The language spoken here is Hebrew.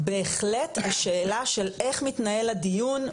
בהחלט השאלה של איך מתנהל הדיון,